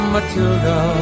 Matilda